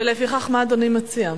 ולפיכך מה אדוני מציע?